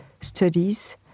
studies